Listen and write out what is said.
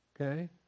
Okay